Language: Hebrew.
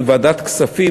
בוועדת הכספים,